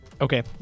Okay